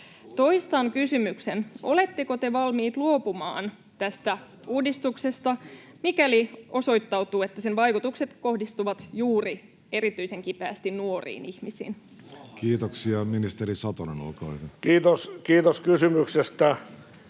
Toistan kysymyksen: oletteko te valmiit luopumaan tästä uudistuksesta, mikäli osoittautuu, että sen vaikutukset kohdistuvat erityisen kipeästi juuri nuoriin ihmisiin? Kiitoksia. — Ministeri Satonen, olkaa hyvä. Kiitos! Kiitos kysymyksestä.